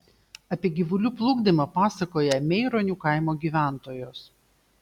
apie gyvulių plukdymą pasakoja meironių kaimo gyventojos